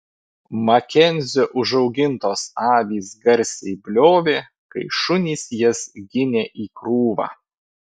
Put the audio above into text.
makenzio užaugintos avys garsiai bliovė kai šunys jas ginė į krūvą